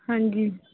ਹਾਂਜੀ